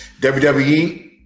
WWE